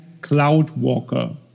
Cloudwalker